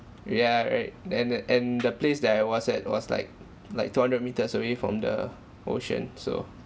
ya right and then and the place that I was at like was like like two hundred metres away from the ocean so